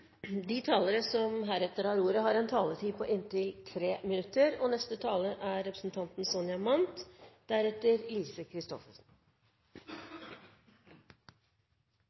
talere som heretter får ordet, har en taletid på inntil 3 minutter.